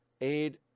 Aid